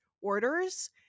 orders